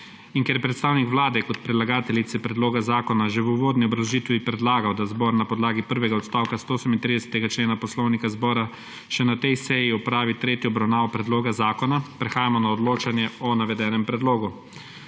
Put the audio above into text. in ker je predstavnik Vlade kot predlagateljice predloga zakona že v uvodni obrazložitvi predlagal, da zbor na podlagi prvega odstavka 138. člena Poslovnika zbora še na tej seji opravi tretjo obravnavo predloga zakona, prehajamo na odločanje o navedenem predlogu.